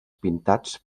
pintats